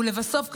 לבסוף,